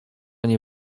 nie